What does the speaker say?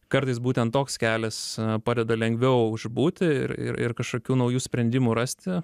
kartais būtent toks kelias padeda lengviau išbūti ir ir kažkokių naujų sprendimų rasti